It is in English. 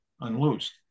unloosed